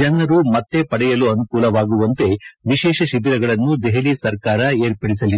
ಜನರು ಮತ್ತೆ ಪಡೆಯಲು ಅನುಕೂಲವಾಗುವಂತೆ ವಿಶೇಷ ಶಿಬಿರಗಳನ್ನು ದೆಹಲಿ ಸರ್ಕಾರ ಏರ್ಪಡಿಸಲಿದೆ